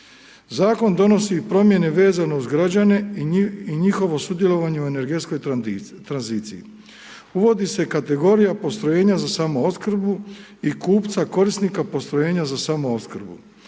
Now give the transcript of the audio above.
Zakon donosi i promjene vezane uz građane i njihovo sudjelovanje u energetskoj tranziciji. Uvodi se kategorija postrojenja za samoopskrbu i kupca korisnika postrojenja za samoopskrbu.